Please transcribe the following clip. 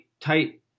tight